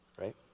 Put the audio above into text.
right